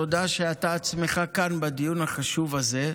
תודה שאתה עצמך כאן בדיון החשוב הזה.